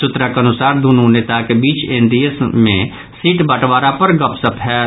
सूत्रक अनुसार दूनु नेताक बीच एनडीए मे सीट बंटवारा पर गपशप होयत